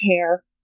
care